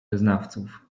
wyznawców